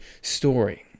story